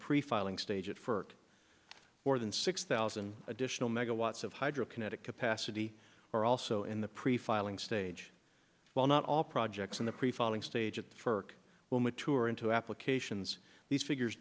pre filing stage it for more than six thousand additional megawatts of hydro kinetic capacity are also in the pre filing stage while not all projects in the pre filing stage at third will mature into applications these figures